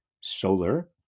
solar